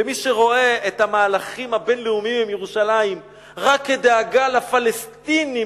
ומי שרואה את המהלכים הבין-לאומיים עם ירושלים רק כדאגה לפלסטינים,